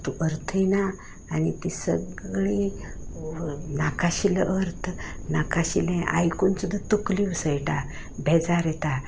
तातूंन अर्थय ना आनी ती सगळीं नाका आशिल्लो अर्थ नाका आशिल्लें आयकून सुद्दां तकली उसळटां बेजार येता